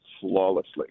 flawlessly